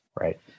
Right